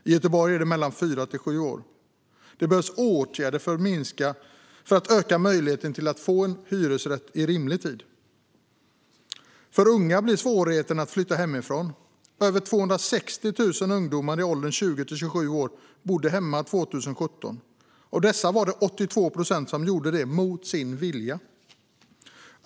I Göteborg är det mellan fyra och sju år. Det behövs åtgärder för att öka möjligheten att få en hyresrätt inom rimlig tid. För unga blir svårigheten att flytta hemifrån. Över 260 000 ungdomar i åldern 20-27 år bodde hemma 2017. Av dessa var det 82 procent som gjorde det mot sin vilja.